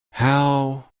how